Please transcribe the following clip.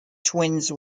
twins